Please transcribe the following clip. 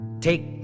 take